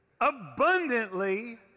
abundantly